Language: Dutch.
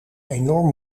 enorm